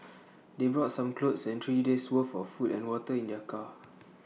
they brought some clothes and three days' worth of food and water in their car